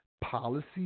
policy